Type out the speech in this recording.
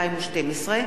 התשע"ב 2012,